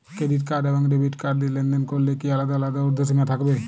Credit card এবং debit card দিয়ে লেনদেন করলে কি আলাদা আলাদা ঊর্ধ্বসীমা থাকবে?